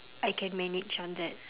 I can manage on that